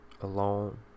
alone